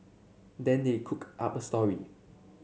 then they cooked up a story